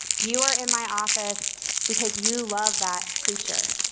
you are in my office because you love that creature.